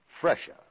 fresher